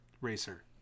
racer